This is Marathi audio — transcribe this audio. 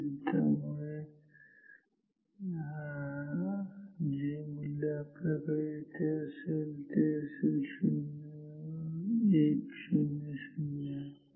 त्यामुळे जे मूल्य आपल्याकडे इथे राहील ते असेल 0100 आणि पुढे